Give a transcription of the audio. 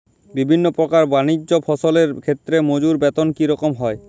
বিভিন্ন প্রকার বানিজ্য ফসলের ক্ষেত্রে মজুর বেতন কী রকম হয়?